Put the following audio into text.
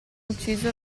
ucciso